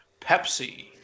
Pepsi